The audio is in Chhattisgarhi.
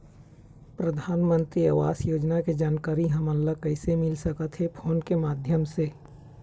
परधानमंतरी आवास योजना के जानकारी हमन ला कइसे मिल सकत हे, फोन के माध्यम से?